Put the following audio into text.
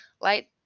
light